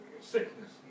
Sickness